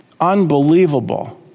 Unbelievable